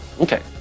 Okay